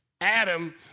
Adam